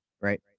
Right